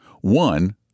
One